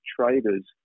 traders